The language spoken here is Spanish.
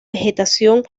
vegetación